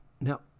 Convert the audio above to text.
Now